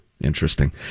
Interesting